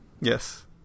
Yes